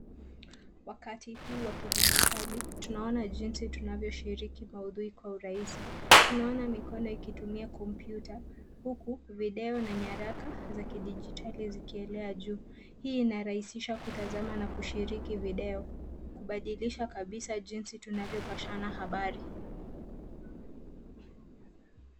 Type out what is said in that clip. Wakati huu wa kidijitali tunaona jinsi tunavyoshiriki maudhui kwa urahisi. Tunaona mikono ikitumia kompyuta huku video na nyaraka za kidijitali zikielea juu. Hii inarahisisha kutazama na kushiriki video, kubadilisha kabisa jinsi tunavyopashana habari.